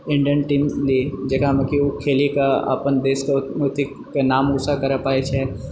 Indian team भी जेकरामे कि ओ खेलीकऽ अपन देशकऽ अथीकऽ नाम ऊँचा करय पाबैत छै